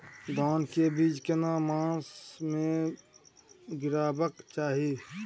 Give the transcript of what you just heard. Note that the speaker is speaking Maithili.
धान के बीज केना मास में गीराबक चाही?